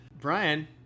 Brian